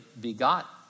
begot